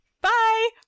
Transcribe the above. Bye